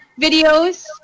videos